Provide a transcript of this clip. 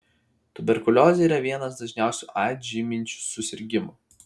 tuberkuliozė yra vienas dažniausių aids žyminčių susirgimų